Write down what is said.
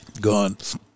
Guns